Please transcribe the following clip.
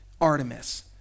Artemis